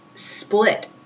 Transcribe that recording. Split